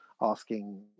asking